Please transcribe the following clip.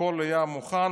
הכול היה מוכן.